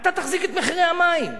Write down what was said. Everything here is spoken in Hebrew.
אתה תחזיק את מחירי המים?